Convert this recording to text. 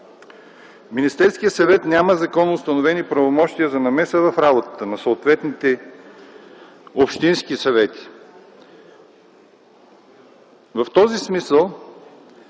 Министерският съвет няма законно установени правомощия за намеса в работата на съответните общински съвети.